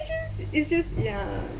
it's just it's just ya